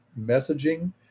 messaging